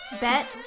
bet